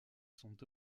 sont